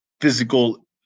physical